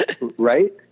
right